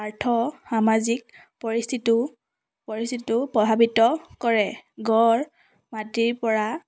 আৰ্থ সামাজিক পৰিস্থিতি পৰিস্থিতি প্ৰভাৱিত কৰে গড় মাটিৰ পৰা